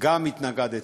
גם התנגדתי.